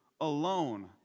alone